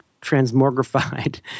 transmogrified